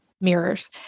mirrors